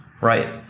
Right